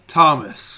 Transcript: Thomas